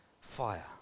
fire